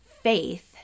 faith